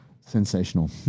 sensational